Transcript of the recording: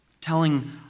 Telling